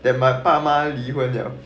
that my 爸妈离婚了